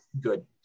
Good